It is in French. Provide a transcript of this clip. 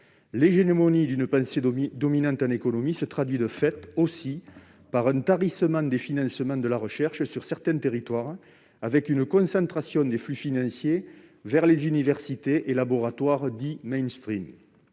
L'hégémonie d'une pensée dominante en économie se traduit de fait aussi par un tarissement des financements de la recherche sur certains territoires, avec une concentration des flux financiers vers les universités et laboratoires Cela conduit à